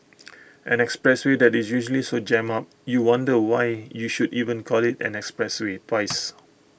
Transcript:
an expressway that is usually so jammed up you wonder why you should even call IT an expressway twice